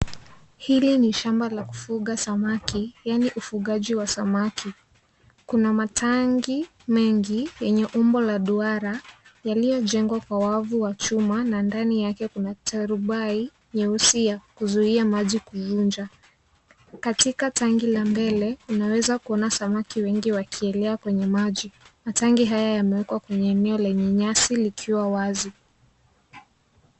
Hili ni shamba ya kufuga samaki yaani ufugaji wa samaki. Kuna matangi mengi yenye umbo la duara yaliyojengwa kwa wavu wa chuma na ndani yake, kuna tarubai nyeusi ya kuzuia maji kuvunja. Katika tangi la mbele, unaweza kuona samaki wengi wakielea kwenye maji. Matangi haya yamewekwa kwenye eneo lenye nyasi likiwa wazi.